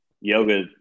yoga